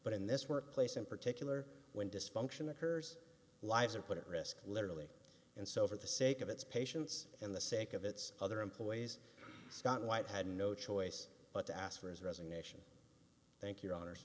but in this workplace in particular when dysfunction occurs lives are put at risk literally and so for the sake of its patients and the sake of its other employees scott white had no choice but to ask for his resignation thank your